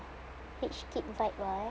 rich kid vibe lah eh